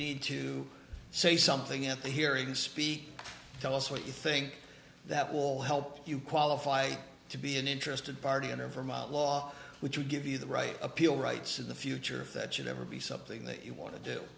need to say something at the hearing speak tell us what you think that will help you qualify to be an interested party in or from out law which would give you the right appeal rights in the future that should ever be something that you want to do